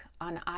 on